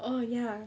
oh ya